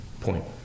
point